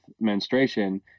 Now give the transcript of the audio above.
menstruation